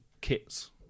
kits